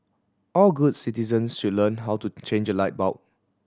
all good citizens should learn how to change a light bulb